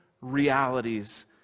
realities